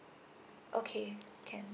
okay can